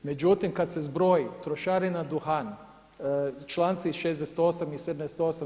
Međutim, kad se zbroji trošarina duhan, članci 68. i 78.